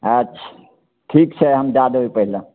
अच्छा ठीक छै हम दए देबै पहिले